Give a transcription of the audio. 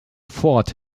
fort